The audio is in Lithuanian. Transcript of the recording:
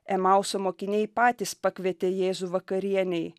emauso mokiniai patys pakvietė jėzų vakarienei